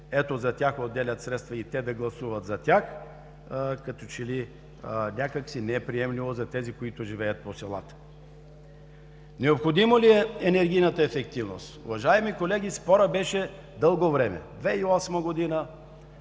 ето, за тях отделят средства и да гласуват за тях, като че ли някак си не е приемливо за тези, които живеят по селата. Необходима ли е енергийната ефективност? Уважаеми колеги, през 2008 г. спорът беше дълго време. След това